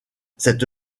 cette